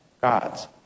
gods